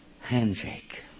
handshake